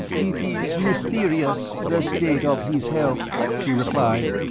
it is mysterious, the state of his health, she replied.